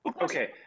Okay